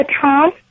Tom